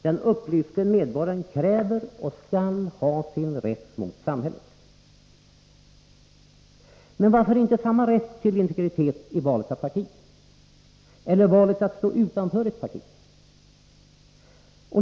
Den upplyste medborgaren kräver och skall ha sin rätt mot samhället. Men varför inte samma rätt till integritet i valet av parti, eller valet att stå utanför ett parti?